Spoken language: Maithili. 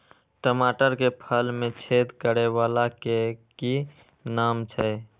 टमाटर के फल में छेद करै वाला के कि नाम छै?